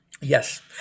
Yes